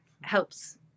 helps